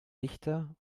dichter